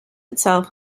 itself